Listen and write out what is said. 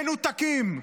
מנותקים.